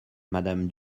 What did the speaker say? madame